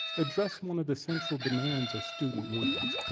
address one of the central demands of student movements,